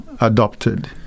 adopted